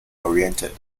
oriented